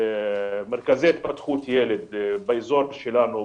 מרכזי התפתחות ילד באזור שלנו,